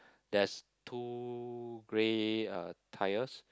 there's two grey uh tires